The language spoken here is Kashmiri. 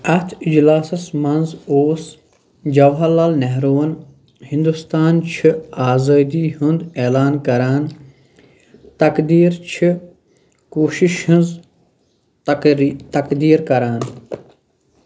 اَتھ اِجلاسَس منٛز اوس جواہر لال نہروٗوَن ہِندُستانچھِ آزٲدی ہُنٛد اعلان کران تقدیٖر چھِ کوٗشِش ہٕنٛز تقری تقدیٖر کران